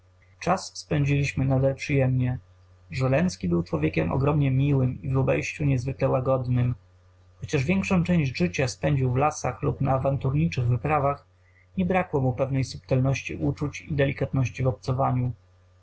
czas spędziliśmy nader przyjemnie żręcki był człowiekiem ogromnie miłym i w obejściu niezwykle łagodnym chociaż większą część życia spędził w lasach lub na awanturniczych wyprawach nie brakło mu pewnej subtelności uczuć i delikatności w obcowaniu